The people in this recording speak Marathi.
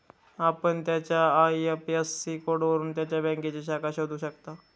आपण त्याच्या आय.एफ.एस.सी कोडवरून त्याच्या बँकेची शाखा शोधू शकता